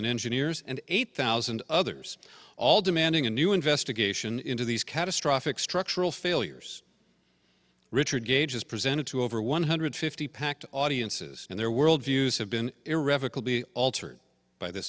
engineers and eight thousand others all demanding a new investigation into these catastrophic structural failures richard gage has presented to over one hundred fifty packed audiences and their world views have been irrevocably altered by th